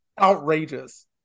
outrageous